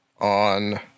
on